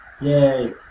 yay